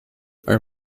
are